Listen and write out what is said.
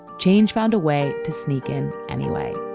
change found a way to sneak in anyway